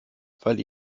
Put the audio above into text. weil